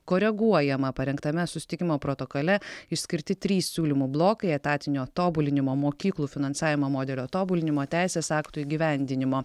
koreguojama parengtame susitikimo protokole išskirti trys siūlymų blokai etatinio tobulinimo mokyklų finansavimo modelio tobulinimo teisės aktų įgyvendinimo